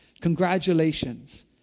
Congratulations